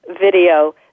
video